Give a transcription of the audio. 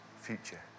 future